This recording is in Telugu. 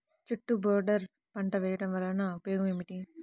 చుట్టూ బోర్డర్ పంట వేయుట వలన ఉపయోగం ఏమిటి?